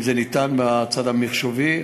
אם זה אפשרי בצד המחשובי,